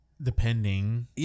Depending